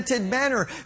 Manner